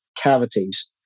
cavities